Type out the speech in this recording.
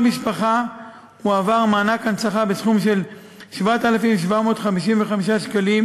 משפחה הועבר מענק הנצחה בסכום של 7,755 שקלים,